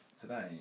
today